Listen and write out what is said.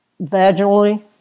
vaginally